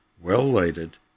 well-lighted